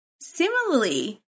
Similarly